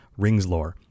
ringslore